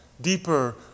deeper